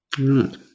Right